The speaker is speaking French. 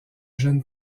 jeune